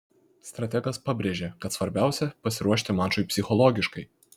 strategas pabrėžė kad svarbiausia pasiruošti mačui psichologiškai